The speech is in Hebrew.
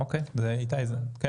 אוקי, זה מקובל.